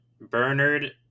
Bernard